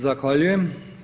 Zahvaljujem.